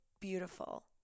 beautiful